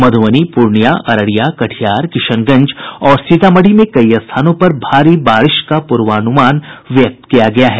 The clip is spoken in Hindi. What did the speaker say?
मधुबनी पूर्णियां अररिया कटिहार किशनगंज और सीतामढ़ी में कई स्थानों पर भारी बारिश का पूर्वानुमान व्यक्त किया गया है